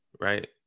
right